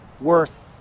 worth